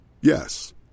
Yes